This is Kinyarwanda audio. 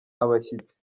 abashyitsi